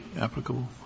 applicable